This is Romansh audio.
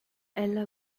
ella